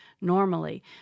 normally